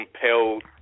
compelled